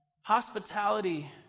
Hospitality